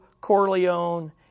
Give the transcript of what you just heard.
Corleone